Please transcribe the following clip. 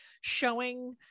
showing